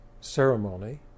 ceremony